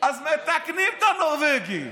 אז מתקנים את הנורבגי.